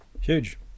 Huge